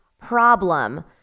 problem